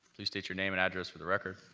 please state your name and address for the record.